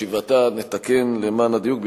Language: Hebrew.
נתקן למען הדיוק,